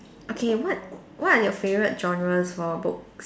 okay what what are your favorite genres for books